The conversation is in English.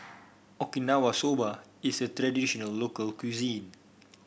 Okinawa Soba is a traditional local cuisine